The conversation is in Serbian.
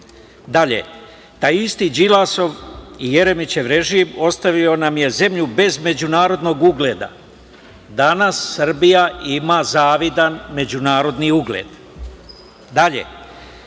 nivou. Taj isti Đilasov i Jeremićev režim ostavio nam je zemlju bez međunarodnog ugleda. Danas Srbija ima zavidan međunarodni ugled.